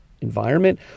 environment